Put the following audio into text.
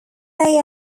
they